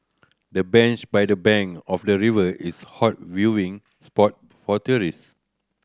the bench by the bank of the river is hot viewing spot for tourists